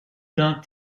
tin